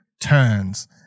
turns